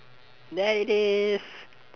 there it is